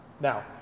Now